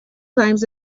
times